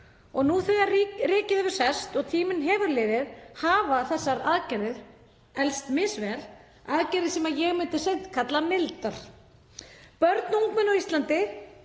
Nú þegar rykið hefur sest og tíminn liðið hafa þessar aðgerðir elst misvel, aðgerðir sem ég myndi seint kalla mildar. Börn og ungmenni á Íslandi